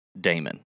Damon